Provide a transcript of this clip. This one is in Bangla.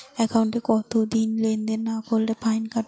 একাউন্টে কতদিন লেনদেন না করলে ফাইন কাটবে?